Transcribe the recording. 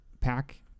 pack